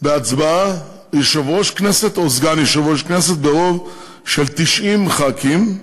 בהצבעה יושב-ראש כנסת או סגן יושב-ראש כנסת ברוב של 90 חברי הכנסת,